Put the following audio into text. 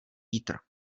vítr